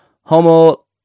homo